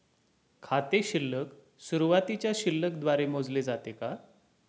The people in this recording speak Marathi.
खाते शिल्लक सुरुवातीच्या शिल्लक द्वारे मोजले जाते का?